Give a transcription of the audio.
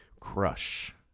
crush